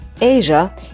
Asia